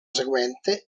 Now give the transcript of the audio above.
seguente